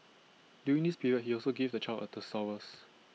during this period he also gave the child A thesaurus